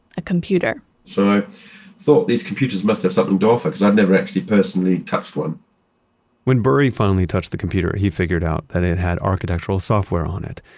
a computer so i thought these computers must have something to offer because i'd never personally touched one when burry finally touched the computer he figured out that it had had architectural software on it.